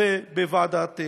ובוועדת הכנסת.